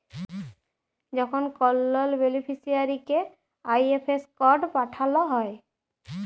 যখল কল লল বেলিফিসিয়ারিকে আই.এফ.এস কড পাঠাল হ্যয়